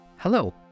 Hello